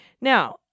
now